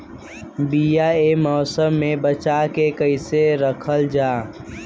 बीया ए मौसम में बचा के कइसे रखल जा?